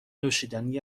نوشیدنی